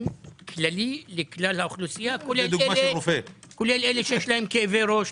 כללי לכלל האוכלוסייה כולל אלה שיש להם כאבי ראש,